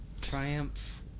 Triumph